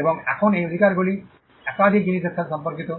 এবং এখন এই অধিকারগুলি একাধিক জিনিসের সাথে সম্পর্কিত